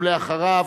ואחריו,